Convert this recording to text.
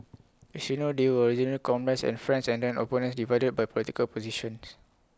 as you know they were originally comrades and friends and then opponents divided by political positions